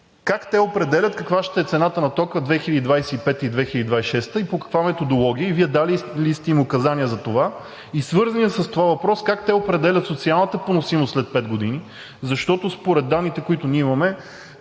Как те определят каква ще е цената на тока през 2025-а и 2026-а и по каква методология? Вие дали ли сте им указания за това? И свързаният с това въпрос: как те определят социалната поносимост след пет години, защото според данните, които ние имаме,